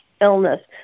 illness